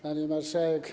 Pani Marszałek!